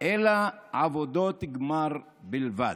אלא עבודות גמר בלבד.